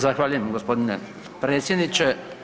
Zahvaljujem gospodine predsjedniče.